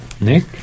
Nick